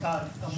קודם כל,